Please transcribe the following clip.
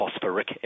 phosphoric